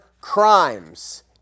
crimes